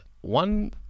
One